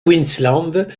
queensland